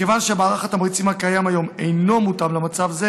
מכיוון שמערך התמריצים הקיים היום אינו מותאם למצב זה,